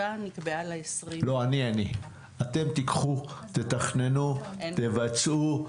אתם תיקחו, תתכננו, תבצעו,